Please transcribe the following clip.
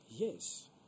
yes